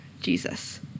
Jesus